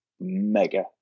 mega